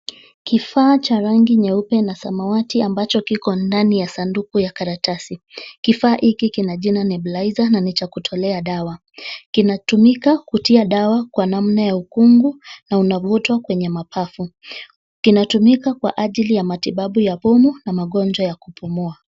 Kifaa cha rangi nyeupe na samawati ambacho kiko ndani ya sanduku ya karatasi. Kifaa hiki kina jina; Nebulizer na ni cha kutolea dawa. Kinatumika kutia dawa kwa namna ya ukungu na unavutwa kwenye mapafu. Kinatumika kwa ajili ya matibabu ya pumu na magonjwa ya kupumua.